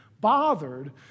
bothered